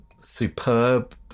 superb